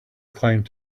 climbed